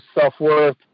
self-worth